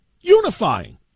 Unifying